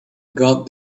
got